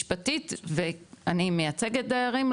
משפטית ואני מייצגת דיירים,